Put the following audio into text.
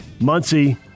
Muncie